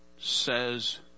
Says